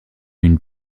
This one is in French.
une